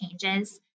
changes